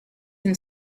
can